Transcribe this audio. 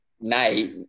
night